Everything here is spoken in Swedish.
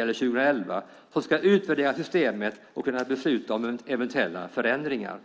eller 2011 som ska utvärdera systemet och kunna besluta om eventuella förändringar.